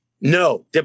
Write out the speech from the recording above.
no